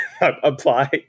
apply